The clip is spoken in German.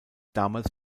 damals